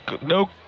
no